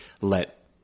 let